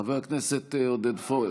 חבר הכנסת עודד פורר.